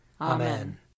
Amen